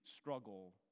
struggle